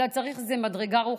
אלא צריך איזו מדרגה רוחנית.